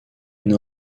une